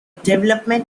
development